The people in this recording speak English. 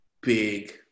big